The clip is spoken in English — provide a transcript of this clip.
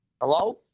Hello